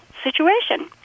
situation